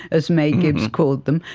as may gibbs called them,